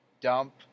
dump